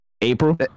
April